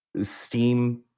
Steam